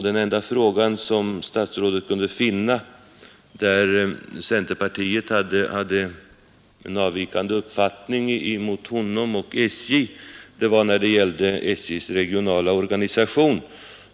Den enda punkt där statsrådet kunde finna att centerpartiet hade en avvikande uppfattning mot honom och SJ gällde SJ:s regionala organisation.